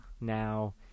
now